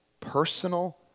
Personal